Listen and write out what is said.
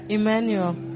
Emmanuel